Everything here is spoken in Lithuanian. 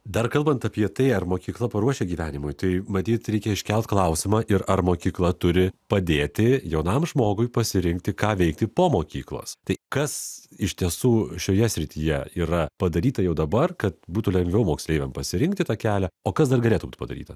dar kalbant apie tai ar mokykla paruošia gyvenimui tai matyt reikia iškelti klausimą ir ar mokykla turi padėti jaunam žmogui pasirinkti ką veikti po mokyklos tai kas iš tiesų šioje srityje yra padaryta jau dabar kad būtų lengviau moksleiviams pasirinkti tą kelią o kas dar galėtų būti padaryta